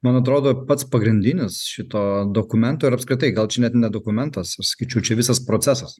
man atrodo pats pagrindinis šito dokumento ir apskritai gal čia net ne dokumentas aš sakyčiau čia visas procesas